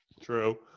True